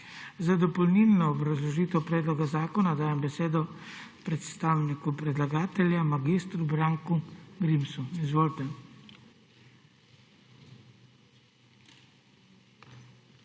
Za dopolnilno obrazložitev predloga zakona dajem besedo predstavniku predlagatelja mag. Branku Grimsu. Izvolite.